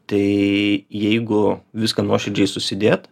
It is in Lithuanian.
tai jeigu viską nuoširdžiai susidėt